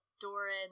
Doran